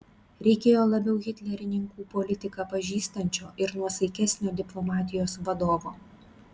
reikėjo labiau hitlerininkų politiką pažįstančio ir nuosaikesnio diplomatijos vadovo